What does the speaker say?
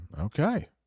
Okay